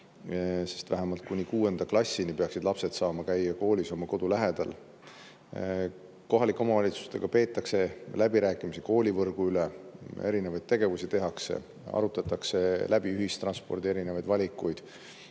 sest vähemalt kuni kuuenda klassini peaksid lapsed saama käia koolis oma kodu lähedal. Kohalike omavalitsustega peetakse läbirääkimisi koolivõrgu üle, erinevaid tegevusi tehakse, arutatakse läbi ühistranspordi erinevaid valikuid,